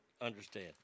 understand